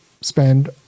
spend